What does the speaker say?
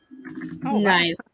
nice